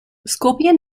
scorpion